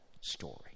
story